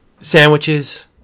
sandwiches